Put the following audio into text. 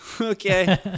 okay